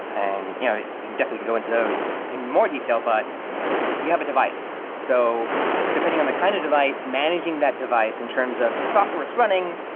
and you know definitely go into those in more detail, but do you have a device. so depending on the kind of device, managing that device in terms of the software it's running,